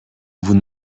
vous